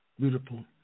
Beautiful